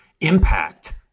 impact